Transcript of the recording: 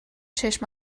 چشم